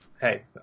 hey